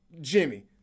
Jimmy